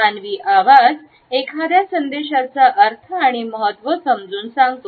मानवी आवाज एखाद्या संदेशाचा अर्थ आणि महत्त्व समजून सांगतो